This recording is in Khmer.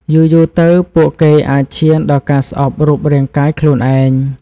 យូរៗទៅ ពួកគេអាចឈានដល់ការស្អប់រូបរាងកាយខ្លួនឯង។